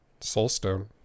Soulstone